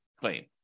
claim